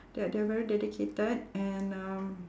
that they are very dedicated and um